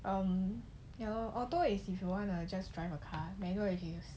um ya lor auto is if you want a just drive a car manual is